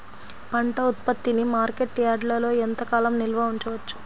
పంట ఉత్పత్తిని మార్కెట్ యార్డ్లలో ఎంతకాలం నిల్వ ఉంచవచ్చు?